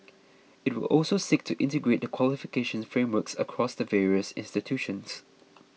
it will also seek to integrate the qualification frameworks across the various institutions